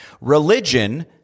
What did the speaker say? religion